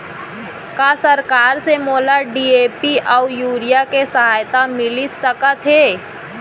का सरकार से मोला डी.ए.पी अऊ यूरिया के सहायता मिलिस सकत हे?